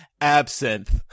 Absinthe